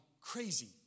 crazy